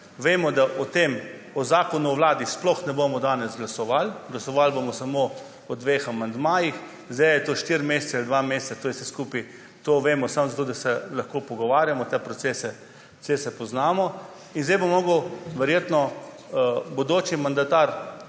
vemo, da o tem, o zakonu o vladi sploh ne bomo danes glasovali, glasovali bomo samo o dveh amandmajih. Ali je to štiri mesece ali dva meseca, to je vse skupaj, vemo, samo zato, da se lahko pogovarjamo, te procese poznamo. In zdaj bo moral verjetno bodoči mandatar